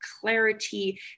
clarity